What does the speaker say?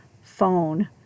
phone